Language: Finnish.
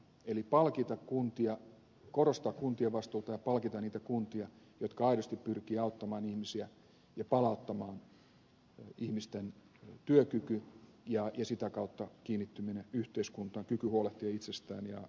eli pitää korostaa kuntien vastuuta ja palkita niitä kuntia jotka aidosti pyrkivät auttamaan ihmisiä ja palauttamaan ihmisten työkyvyn ja sen kautta kiinnittymisen yhteiskuntaan kyvyn huolehtia itsestään ja perheestään